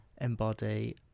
embody